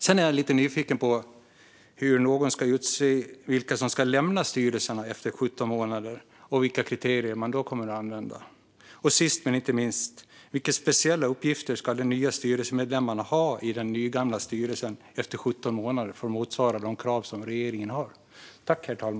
Jag är också lite nyfiken på hur någon ska utse vilka som ska lämna styrelserna efter 17 månader. Vilka kriterier kommer då att användas? Sist men inte minst: Vilka speciella uppgifter ska de nya styrelsemedlemmarna ha i den nygamla styrelsen efter 17 månader för att motsvara regeringens krav?